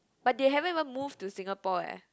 but they haven't even move to Singapore eh